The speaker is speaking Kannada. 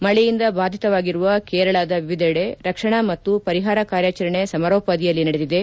ಮಳೆಯಿಂದ ಬಾಧಿತವಾಗಿರುವ ಕೇರಳಾದ ವಿವಿಧೆಡೆ ರಕ್ಷಣಾ ಮತ್ತು ಪರಿಹಾರ ಕಾರ್ಯಾಚರಣೆ ಸಮರೋಪಾದಿಯಲ್ಲಿ ನಡೆದಿದೆ